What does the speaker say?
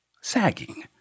sagging